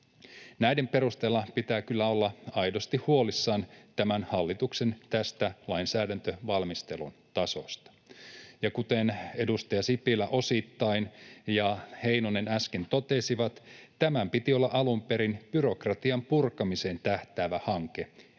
Näiden perusteella pitää kyllä olla aidosti huolissaan tämän hallituksen lainsäädäntövalmistelun tasosta. Ja kuten edustaja Sipilä osittain ja Heinonen äsken totesivat, tämän piti olla alun perin byrokratian purkamiseen tähtäävä hanke,